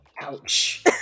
Ouch